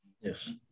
Yes